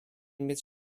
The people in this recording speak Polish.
mieć